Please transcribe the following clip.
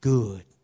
Good